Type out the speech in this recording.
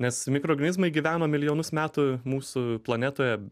nes mikroorganizmai gyveno milijonus metų mūsų planetoje